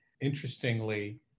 Interestingly